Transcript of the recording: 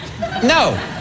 No